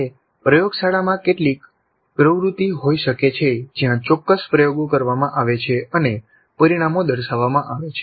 તે પ્રયોગશાળામાં કેટલીક પ્રવૃત્તિ હોઈ શકે છે જ્યાં ચોક્કસ પ્રયોગો કરવામાં આવે છે અને પરિણામો દર્શાવવામાં આવે છે